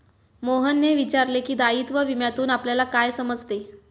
मोहनने विचारले की, दायित्व विम्यातून आपल्याला काय समजते?